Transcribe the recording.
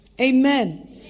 Amen